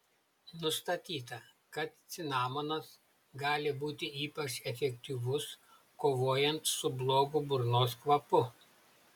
nustatyta kad cinamonas gali būti ypač efektyvus kovojant su blogu burnos kvapu